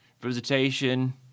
Visitation